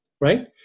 right